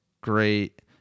great